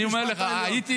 זה,